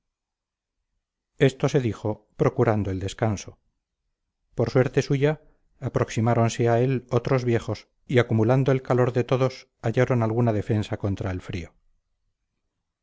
esto se dijo procurando el descanso por suerte suya aproximáronse a él otros viejos y acumulado el calor de todos hallaron alguna defensa contra el frío